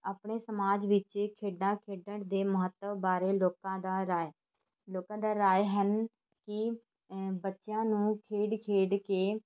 ਆਪਣੇ ਸਮਾਜ ਵਿੱਚ ਖੇਡਾਂ ਖੇਡਣ ਦੇ ਮਹੱਤਵ ਬਾਰੇ ਲੋਕਾਂ ਦਾ ਰਾ ਲੋਕਾਂ ਦਾ ਰਾਏ ਹਨ ਕਿ ਬੱਚਿਆਂ ਨੂੰ ਖੇਡ ਖੇਡ ਕੇ